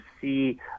see